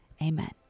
amen